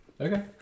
Okay